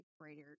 greater